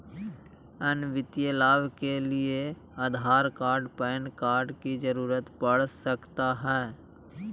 अन्य वित्तीय लाभ के लिए आधार कार्ड पैन कार्ड की जरूरत पड़ सकता है?